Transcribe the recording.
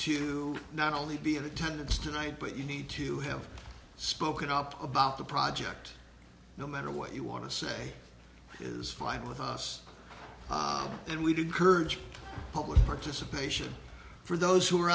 to not only be in attendance tonight but you need to have spoken up about the project no matter what you want to say is fine with us and we do courage public participation for those who are